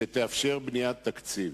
שתאפשר בניית תקציב.